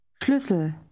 Schlüssel